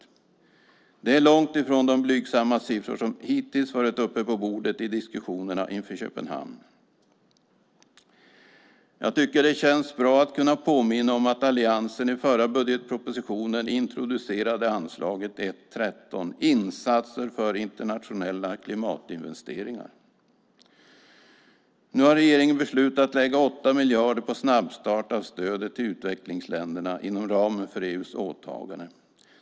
Detta är långt ifrån de blygsamma siffror som hittills har varit uppe till diskussion inför Köpenhamn. Jag tycker att det känns bra att kunna påminna om att alliansen i förra budgetpropositionen introducerade anslaget 1:13 Insatser för internationella klimatinvesteringar. Nu har regeringen beslutat lägga 8 miljarder på snabbstart av stödet till utvecklingsländerna inom ramen för EU:s åtaganden.